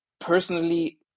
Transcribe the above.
personally